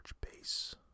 base